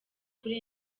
kuri